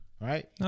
Right